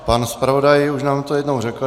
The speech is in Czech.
Pan zpravodaj už nám to jednou řekl.